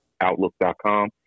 outlook.com